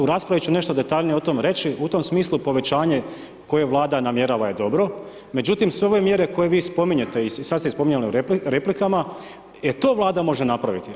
U raspravi ću nešto detaljnije o tome reći, u tom smislu povećanje koje vlada namjerava je dobro, međutim, sve ove mjere koje vi spominjete i sada ste ih spominjali u replikama, e to vlada može napraviti.